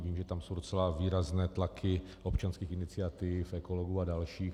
Vím, že tam jsou docela výrazné tlaky občanských iniciativ, ekologů a dalších.